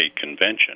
convention